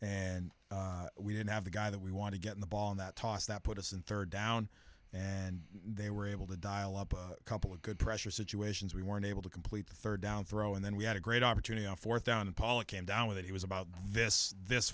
and we didn't have the guy that we want to get the ball in that toss that put us in third down and they were able to dial up a couple of good pressure situations we weren't able to complete the third down throw and then we had a great opportunity on fourth down and paula came down with it he was about this this